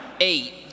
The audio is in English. eight